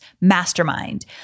mastermind